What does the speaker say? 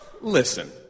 listen